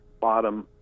bottom